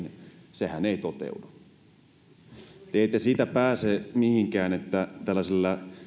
sehän ei toteudu te ette siitä pääse mihinkään tällaisella